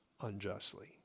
unjustly